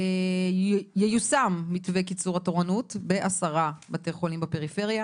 "ייושם מתווה קיצור התורנות ב-10 בתי חולים בפריפריה,